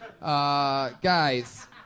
Guys